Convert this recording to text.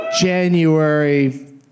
January